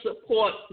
support